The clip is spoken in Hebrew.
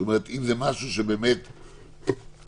אם זה משהו שבאמת קורה.